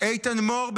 איתן מור,